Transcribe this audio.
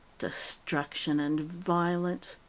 destruction and violence!